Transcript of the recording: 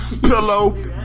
pillow